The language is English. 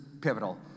pivotal